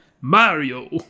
Mario